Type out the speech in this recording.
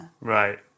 right